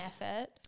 effort